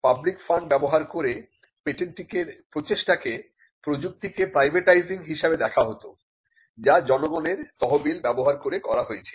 public fund ব্যবহার করে পেটেন্টিংয়ের প্রচেষ্টাকে প্রযুক্তিকে প্রাইভেটাইজিং হিসাবে দেখা হত যা জনগণের তহবিল ব্যবহার করে করা হয়েছে